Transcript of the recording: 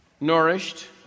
nourished